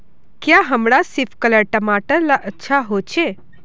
क्याँ हमार सिपकलर टमाटर ला अच्छा होछै?